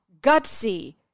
gutsy